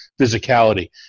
physicality